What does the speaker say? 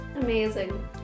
amazing